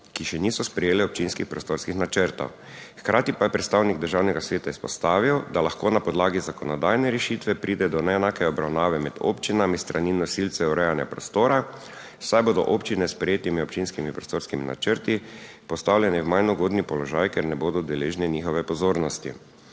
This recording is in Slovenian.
ki še niso sprejele občinskih prostorskih načrtov, hkrati pa je predstavnik Državnega sveta izpostavil, da lahko na podlagi zakonodajne rešitve pride do neenake obravnave med občinami s strani nosilcev urejanja prostora, saj bodo občine s sprejetimi občinskimi prostorskimi načrti postavljene v manj ugoden položaj, ker ne bodo deležne njihove pozornosti.